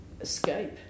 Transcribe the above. escape